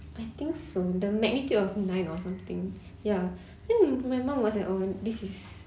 I think so the magnitude of nine or something ya then my mum was like oh this is